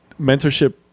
mentorship